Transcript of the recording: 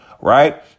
right